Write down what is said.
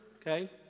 Okay